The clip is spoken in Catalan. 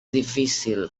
difícil